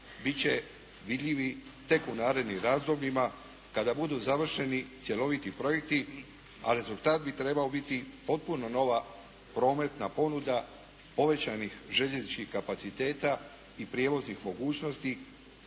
će vidljivi tek u narednim razdobljima kada budu završeni cjeloviti projekti a rezultat bi trebao biti potpuno nova prometna ponuda povećanih željezničkih kapaciteta i prijevoznih mogućnosti